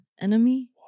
enemy